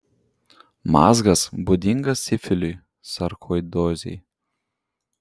mazgas būdingas sifiliui sarkoidozei